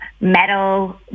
metal